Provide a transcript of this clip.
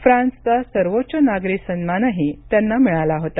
फ्रान्सचा सर्वोच्च नागरी सन्मानही त्यांना मिळाला होता